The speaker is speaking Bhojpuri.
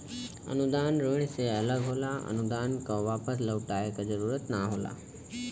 अनुदान ऋण से अलग होला अनुदान क वापस लउटाये क जरुरत ना होला